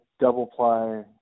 double-ply